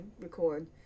record